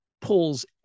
pulls